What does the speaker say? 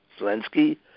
Zelensky